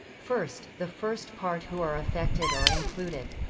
first, the first part who are affected or included?